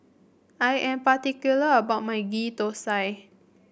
I am particular about my Ghee Thosai